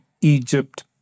Egypt